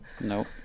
Nope